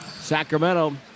Sacramento